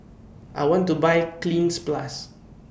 I want to Buy Cleanz Plus